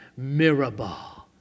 Mirabah